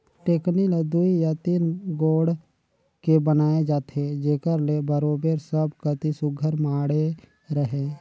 टेकनी ल दुई या तीन गोड़ के बनाए जाथे जेकर ले बरोबेर सब कती सुग्घर माढ़े रहें